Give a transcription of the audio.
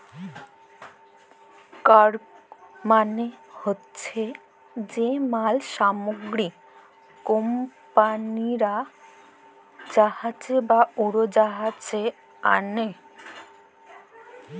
cargo মালে হছে যে মাল সামগ্রী কমপালিরা জাহাজে বা উড়োজাহাজে আলে